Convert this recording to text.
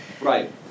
Right